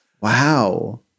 Wow